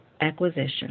acquisition